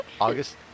August